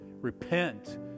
Repent